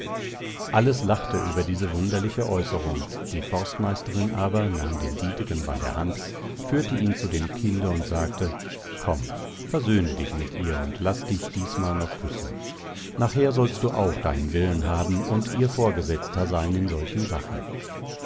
alles lachte über diese wunderliche äußerung die forstmeisterin aber nahm den dietegen bei der hand führte ihn zu dem kinde hin und sagte komm versöhne dich mit ihr und laß dich diesmal noch küssen nachher sollst du auch deinen willen haben und ihr vorgesetzter sein in solchen sachen